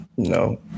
No